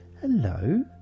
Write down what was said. hello